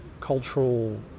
cultural